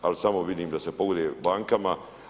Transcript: Ali samo vidim da se pogoduje bankama.